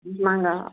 ஆமாங்க